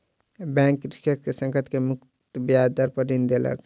bank कृषक के संकट मुक्त ब्याज दर पर ऋण देलक